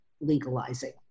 legalizing